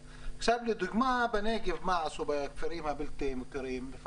לדוגמה, מה עשו בכפרים הבלתי מוכרים בנגב.